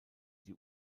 die